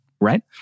right